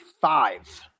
five